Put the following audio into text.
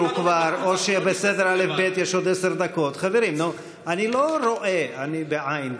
אינו נוכח עוד מעט,